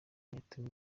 yatumye